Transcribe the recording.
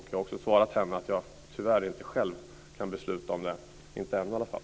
Jag har också svarat henne att jag tyvärr inte själv kan besluta om det - inte än, i alla fall.